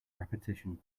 repetition